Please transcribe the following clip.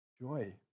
joy